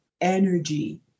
energy